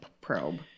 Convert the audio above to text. probe